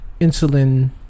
insulin